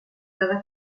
cada